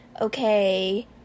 okay